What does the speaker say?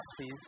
please